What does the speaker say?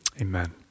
Amen